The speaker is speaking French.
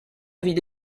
avait